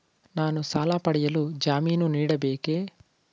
ನಾನು ಸಾಲ ಪಡೆಯಲು ಜಾಮೀನು ನೀಡಬೇಕೇ?